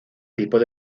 tipos